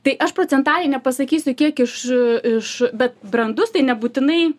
tai aš procentaliai nepasakysiu kiek iš iš bet brandus tai nebūtinai